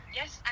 yes